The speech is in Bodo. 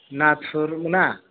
नाथुर मोना